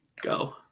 Go